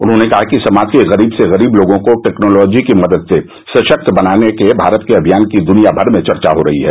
उन्होंने कहा कि समाज के गरीब से गरीब लोगों को टेक्नोलॉजी की मदद से सशक्त बनाने के भारत के अभियान की दुनियाभर में चर्चा हो रही है